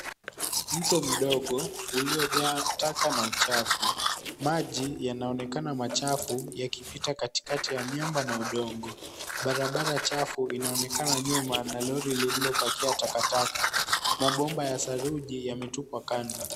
Mto mdogo uliojaa taka na uchafu. Maji yanaonekana machafu yakipita katikati ya nyumba na udongo. Barabara chafu inaonekana nyuma na lori lililopakia takataka. Mabomba ya saruji yametupwa kando.